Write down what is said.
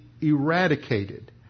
eradicated